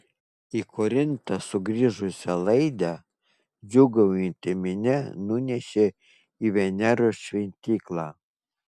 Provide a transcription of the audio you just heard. į korintą sugrįžusią laidę džiūgaujanti minia nunešė į veneros šventyklą